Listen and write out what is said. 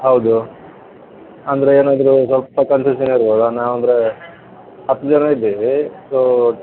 ಹೌದು ಅಂದರೆ ಏನು ಅಂದರೆ ಸ್ವಲ್ಪ ಕನ್ಸಿಶನ್ ಇರಬೋದಾ ನಾವು ಅಂದ್ರೆ ಹತ್ತು ಜನ ಇದ್ದೇವೆ ಅದೂ